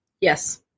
Yes